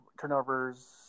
turnovers